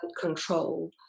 control